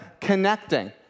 connecting